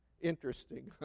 Interesting